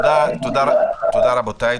תודה רבותי,